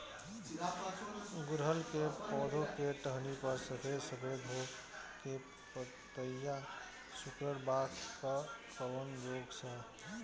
गुड़हल के पधौ के टहनियाँ पर सफेद सफेद हो के पतईया सुकुड़त बा इ कवन रोग ह?